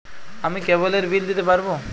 আমি কেবলের বিল দিতে পারবো?